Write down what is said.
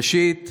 ראשית,